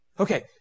Okay